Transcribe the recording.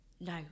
No